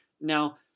Now